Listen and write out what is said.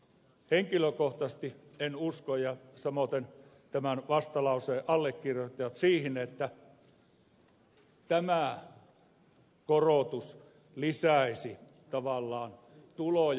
henkilökohtaisesti en usko samoiten eivät usko tämän vastalauseen allekirjoittajat siihen että tämä korotus lisäisi tavallaan tuloja